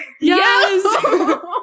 Yes